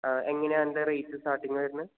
എങ്ങനെയാണതിൻ്റെ rate starting വരുന്നത്